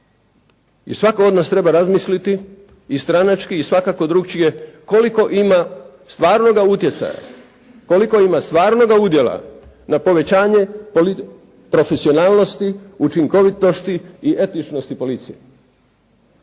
I svatko od nas treba razmisliti i stranački i svakako drukčije koliko ima stvarnoga utjecaja, koliko ima stvarnoga udjela na povećanje profesionalnosti, učinkovitosti i etičnosti policije